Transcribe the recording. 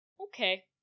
Okay